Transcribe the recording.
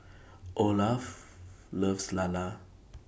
Olaf loves Lala